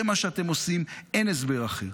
זה מה שאתם עושים, אין הסבר אחר.